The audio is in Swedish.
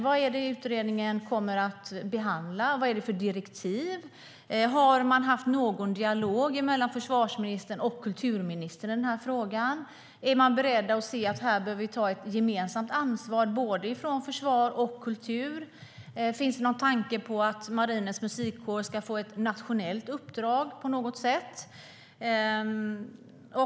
Vad kommer utredningen att behandla? Vilka direktiv ska den få? Har det varit någon dialog mellan försvarsministern och kulturministern i denna fråga? Är man beredd att ta ett gemensamt ansvar både från försvar och från kultur? Finns det någon tanke om att Marinens Musikkår ska få ett nationellt uppdrag på något sätt?